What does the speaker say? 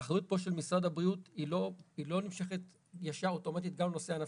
האחריות פה של משרד הבריאות היא לא נמשכת ישר אוטומטית גם לנושא הנפשי.